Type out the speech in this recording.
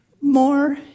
more